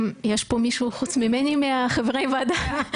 יש פה מישהו חוץ ממני מחברי הוועדה?